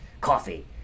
coffee